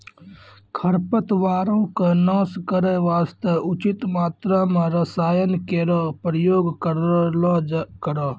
खरपतवारो क नाश करै वास्ते उचित मात्रा म रसायन केरो प्रयोग करलो करो